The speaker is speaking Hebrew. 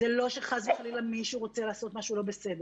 זה לא שחס וחלילה מישהו רוצה לעשות משהו לא בסדר.